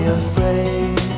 afraid